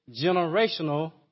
generational